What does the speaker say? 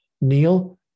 neil